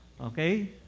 Okay